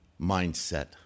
mindset